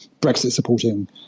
Brexit-supporting